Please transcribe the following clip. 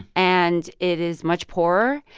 and it is much poorer.